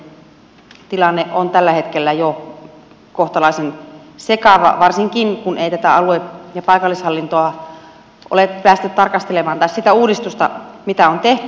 tämä maakuntien tilanne on tällä hetkellä jo kohtalaisen sekava varsinkin kun ei tätä alue ja paikallishallintoa ole päästy tarkastelemaan tai sitä uudistusta mitä on tehty